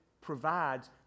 provides